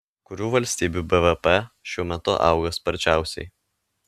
kurių valstybių bvp šiuo metu auga sparčiausiai